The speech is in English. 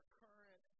current